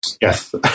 Yes